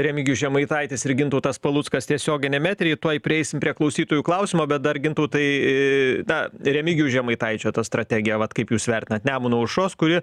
remigijus žemaitaitis ir gintautas paluckas tiesioginiam etery tuoj prieisim prie klausytojų klausimo bet dar gintautai na remigijaus žemaitaičio tą strategiją vat kaip jūs vertinat nemuno aušros kuri